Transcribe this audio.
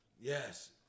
Yes